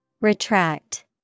Retract